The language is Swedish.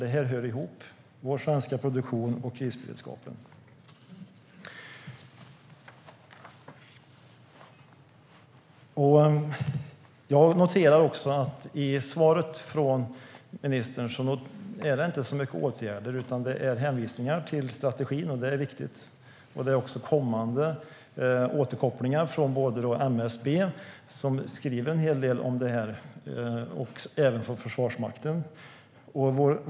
Det här hör ihop - vår svenska produktion och krisberedskapen. Jag noterar att det inte finns särskilt många förslag på åtgärder i ministerns svar. Det hänvisas till strategin. Den är viktig. Det är kommande återkopplingar från både MSB, som skriver en del om detta, och Försvarsmakten.